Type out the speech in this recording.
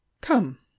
come